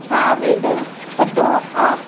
छा वेदर थदो आहे